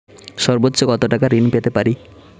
সর্বোচ্চ কত টাকা ঋণ পেতে পারি?